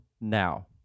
now